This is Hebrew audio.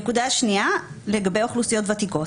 נקודה שנייה, לגבי אוכלוסיות ותיקות.